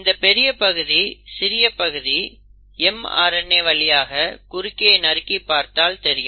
இந்த பெரிய பகுதி சிறிய பகுதி mRNA வழியாக குறுக்கே நறுக்கி பார்த்தால் தெரியும்